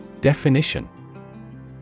Definition